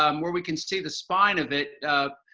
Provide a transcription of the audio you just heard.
um were we can see the spine of it,